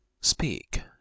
Speak